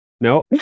no